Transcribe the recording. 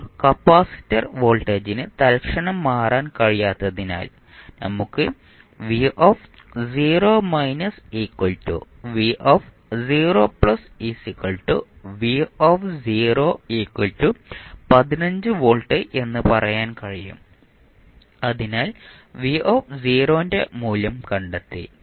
ഇപ്പോൾ കപ്പാസിറ്റർ വോൾട്ടേജിന് തൽക്ഷണം മാറാൻ കഴിയാത്തതിനാൽ നമുക്ക് 15 വോൾട്ട് എന്ന് പറയാൻ കഴിയും അതിനാൽ v ന്റെ മൂല്യം കണ്ടെത്തി